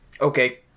okay